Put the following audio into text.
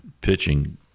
pitching